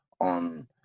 on